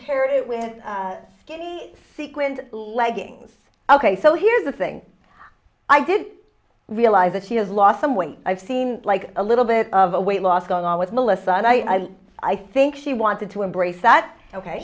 tear it when skinny sequined leggings ok so here's the thing i did realize that he has lost some weight i've seen like a little bit of a weight loss going on with melissa and i i think she wanted to embrace that ok